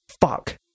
fuck